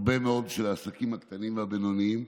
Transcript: הרבה מאוד בשביל העסקים הקטנים והבינוניים,